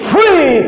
Free